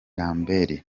lambert